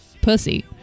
pussy